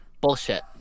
Bullshit